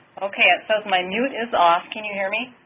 ok it says my mute is off, can you hear me?